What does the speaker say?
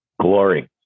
Glory